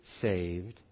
saved